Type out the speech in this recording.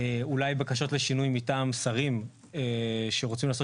אולי בקשות לשינוי מטעם שרים שרוצים לעשות